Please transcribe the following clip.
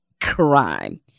Crime